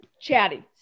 chatty